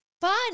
Fun